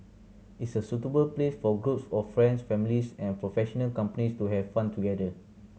it's a suitable place for groups of friends families and professional companies to have fun together